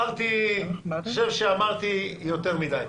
אני חושב שאמרתי יותר מדי.